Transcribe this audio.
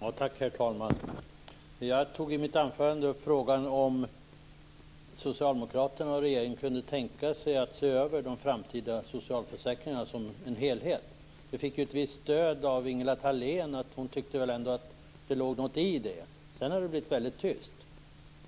Herr talman! Jag tog i mitt anförande upp frågan om socialdemokraterna och regeringen kunde tänka sig att se över de framtida socialförsäkringarna som en helhet. Vi fick ett visst stöd av Ingela Thalén, som ändå tyckte att det låg något i den tanken. Sedan har det blivit väldigt tyst.